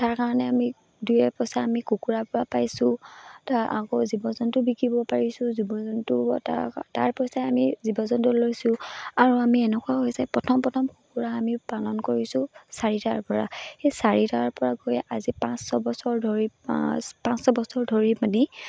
তাৰ কাৰণে আমি দুই এপইচা আমি কুকুৰা পৰা পাইছোঁ আকৌ জীৱ জন্তু বিকিব পাৰিছোঁ জীৱ জন্তু তাৰ তাৰ পইচাই আমি জীৱ জন্তু লৈছোঁ আৰু আমি এনেকুৱা হৈছে প্ৰথম প্ৰথম কুকুৰা আমি পালন কৰিছোঁ চাৰিটাৰ পৰা সেই চাৰিটাৰ পৰা গৈ আজি পাঁচ ছবছৰ ধৰি পাঁচ পাঁচ ছবছৰ ধৰি পানি